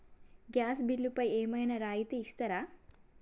Gas బిల్లుపై ఏమైనా రాయితీ ఇస్తారా?